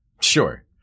Sure